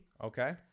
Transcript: Okay